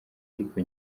ariko